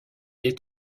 est